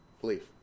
Belief